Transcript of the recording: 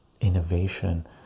innovation